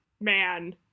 man